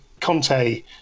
Conte